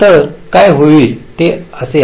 तर काय होईल ते असे आहे